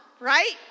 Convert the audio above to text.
right